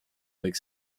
avec